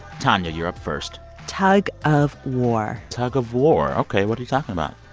tonya, you're up first tug of war tug of war, ok. what are you talking about?